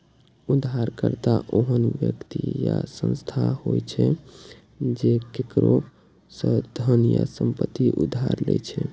उधारकर्ता ओहन व्यक्ति या संस्था होइ छै, जे केकरो सं धन या संपत्ति उधार लै छै